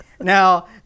now